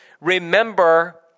Remember